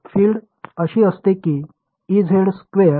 field अशी दिसली की Ez2r θ बरोबर